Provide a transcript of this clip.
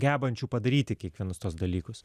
gebančių padaryti kiekvienus tuos dalykus